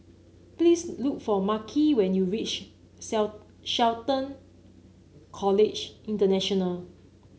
please look for Marquis when you reach Shelton College International